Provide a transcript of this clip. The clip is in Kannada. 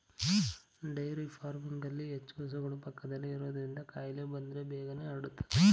ಡೈರಿ ಫಾರ್ಮಿಂಗ್ನಲ್ಲಿ ಹೆಚ್ಚು ಹಸುಗಳು ಪಕ್ಕದಲ್ಲೇ ಇರೋದ್ರಿಂದ ಕಾಯಿಲೆ ಬಂದ್ರೆ ಬೇಗನೆ ಹರಡುತ್ತವೆ